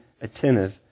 attentive